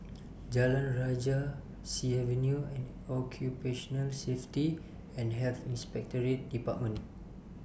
Jalan Rajah Sea Avenue and Occupational Safety and Health Inspectorate department